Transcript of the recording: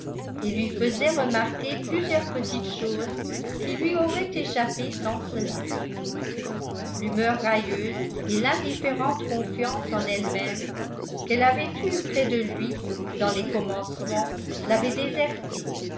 et lui faisait remarquer plusieurs petites choses qui lui auraient échappé sans cela l'humeur railleuse et l'indifférente confiance en elle-même qu'elle avait eues près de lui dans les commencements l'avaient désertée